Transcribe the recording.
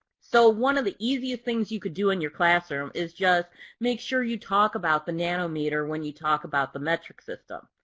so one of the easiest things you could do in your classroom is just make sure you talk about the nanometer when you talk about the metric system.